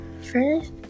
first